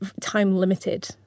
time-limited